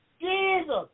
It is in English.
Jesus